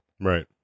Right